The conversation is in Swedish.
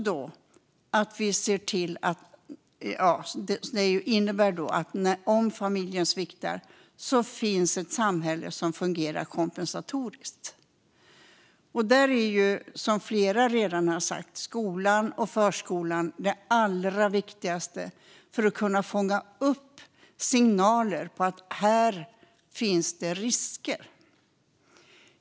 Det innebär att om familjen sviktar finns det ett samhälle som fungerar kompensatoriskt. Som flera redan har sagt är skolan och förskolan allra viktigast här för att fånga upp signaler om risker.